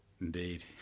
Indeed